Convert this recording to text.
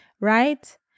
Right